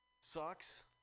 sucks